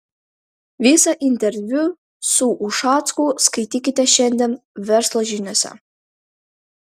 visą interviu su ušacku skaitykite šiandien verslo žiniose